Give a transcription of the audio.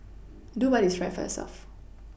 do what is right for yourself